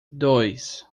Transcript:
dois